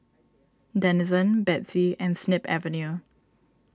Denizen Betsy and Snip Avenue